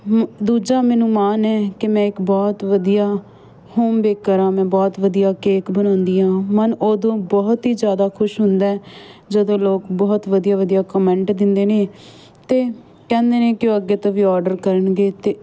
ਦੂਜਾ ਮੈਨੂੰ ਮਾਣ ਹੈ ਕਿ ਮੈਂ ਇੱਕ ਬਹੁਤ ਵਧੀਆ ਹੋਮ ਬੇਕਰ ਹਾਂ ਮੈਂ ਬਹੁਤ ਵਧੀਆ ਕੇਕ ਬਣਾਉਂਦੀ ਹਾਂ ਮਨ ਉਦੋਂ ਬਹੁਤ ਹੀ ਜ਼ਿਆਦਾ ਖੁਸ਼ ਹੁੰਦਾ ਜਦੋਂ ਲੋਕ ਬਹੁਤ ਵਧੀਆ ਵਧੀਆ ਕਮੈਂਟ ਦਿੰਦੇ ਨੇ ਅਤੇ ਕਹਿੰਦੇ ਨੇ ਕਿ ਉਹ ਅੱਗੇ ਤੋਂ ਵੀ ਔਡਰ ਕਰਨਗੇ ਅਤੇ